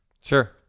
Sure